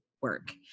Work